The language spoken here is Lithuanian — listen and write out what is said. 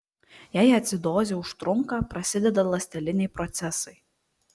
jei acidozė užtrunka prasideda ląsteliniai procesai